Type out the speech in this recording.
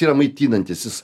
yra maitinantis jis